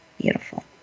Beautiful